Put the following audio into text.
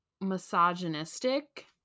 misogynistic